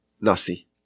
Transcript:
Nasi